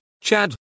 Chad